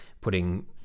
putting